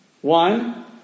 One